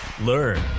Learn